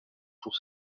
pour